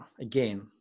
again